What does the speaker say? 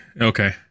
okay